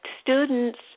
students